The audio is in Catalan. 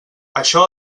això